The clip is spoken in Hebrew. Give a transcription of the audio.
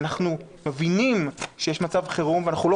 אנחנו מבינים שיש מצב חרום ואנחנו לא